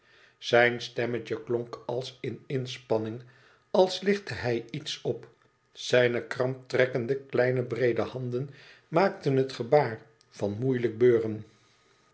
zijn stemmetje klonk als in inspanning als lichtte hij iets op zijne kramptrekkende kleine breede handen maakten het gebaar van moeilijk beuren